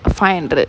fine but it